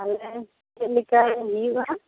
ᱛᱟᱦᱚᱞᱮ ᱪᱮᱫ ᱞᱮᱠᱟᱭ ᱦᱩᱭᱩᱜᱼᱟ